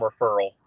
referral